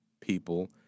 people—